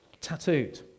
tattooed